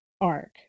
arc